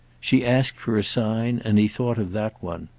she asked for a sign, and he thought of that one.